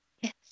yes